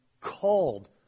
called